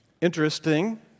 Interesting